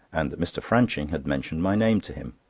and that mr. franching had mentioned my name to him.